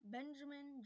Benjamin